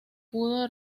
pudo